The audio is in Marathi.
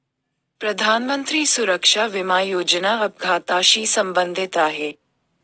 प्रधानमंत्री सुरक्षा विमा योजना अपघाताशी संबंधित आहे